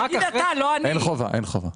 אין חובה.